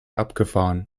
abgefahren